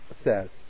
says